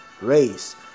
race